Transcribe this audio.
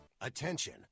Attention